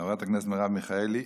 חברת הכנסת מרב מיכאלי,